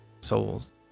souls